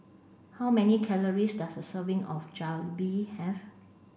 how many calories does a serving of Jalebi have